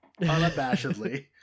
unabashedly